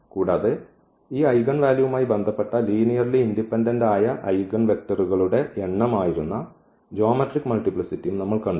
കൂടാതെ ഈ ഐഗൻ വാല്യൂവുമായി ബന്ധപ്പെട്ട ലീനിയർലി ഇൻഡിപെൻഡന്റ് ആയ ഐഗൻവെക്റ്ററുകളുടെ എണ്ണമായിരുന്ന ജ്യോമെട്രിക് മൾട്ടിപ്ലിസിറ്റിയും നമ്മൾ കണ്ടു